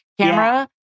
camera